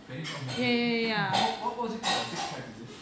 benny dome was it what what was it called ah six flags is it